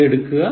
അതെടുക്കുക